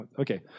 okay